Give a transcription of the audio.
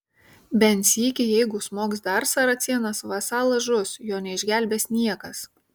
bent sykį jeigu smogs dar saracėnas vasalas žus jo neišgelbės niekas